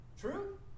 True